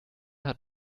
hat